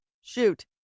shoot